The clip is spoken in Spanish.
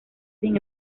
sin